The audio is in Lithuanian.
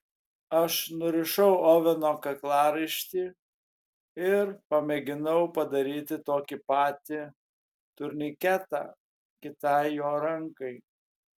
aš nurišau oveno kaklaraištį ir pamėginau padaryti tokį patį turniketą kitai jo rankai